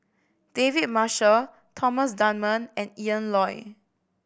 David Marshall Thomas Dunman and Ian Loy